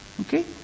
Okay